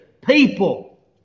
people